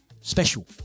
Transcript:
special